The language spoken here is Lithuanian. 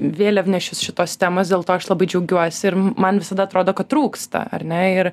vėliavnešius šitos temos dėl to aš labai džiaugiuosi ir man visada atrodo kad trūksta ar ne ir